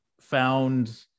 found